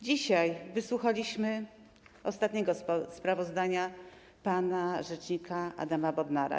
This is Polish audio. Dzisiaj wysłuchaliśmy ostatniego sprawozdania pana rzecznika Adama Bodnara.